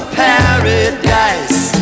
paradise